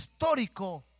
histórico